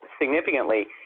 significantly